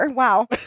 wow